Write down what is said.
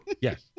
Yes